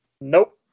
Nope